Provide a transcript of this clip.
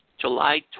July